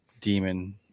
demon